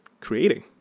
creating